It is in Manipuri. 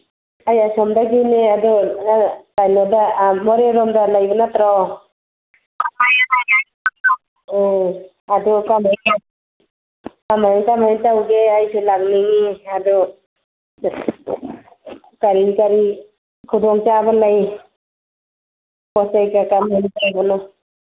ꯑꯩ ꯑꯁꯣꯝꯗꯒꯤꯅꯦ ꯑꯗꯣ ꯀꯩꯅꯣꯗ ꯃꯣꯔꯦꯂꯣꯝꯗ ꯂꯩꯕ ꯅꯠꯇ꯭ꯔꯣ ꯑꯣ ꯑꯗꯣ ꯀꯃꯥꯏꯅ ꯀꯃꯥꯏꯅ ꯇꯧꯒꯦ ꯑꯩꯁꯨ ꯂꯥꯛꯅꯤꯡꯉꯤ ꯑꯗꯣ ꯀꯔꯤ ꯀꯔꯤ ꯈꯨꯗꯣꯡꯆꯥꯕ ꯂꯩ ꯄꯣꯠ ꯆꯩꯀ ꯀꯃꯥꯏꯅ ꯇꯧꯕꯅꯣ